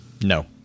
no